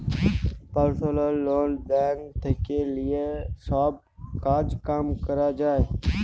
personal loan bank থেক্যে লিয়ে সব কাজ কাম ক্যরা যায়